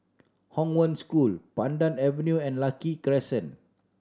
Hong Wen School Pandan Avenue and Lucky Crescent